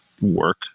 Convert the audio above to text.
work